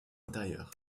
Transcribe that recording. intérieur